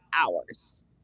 hours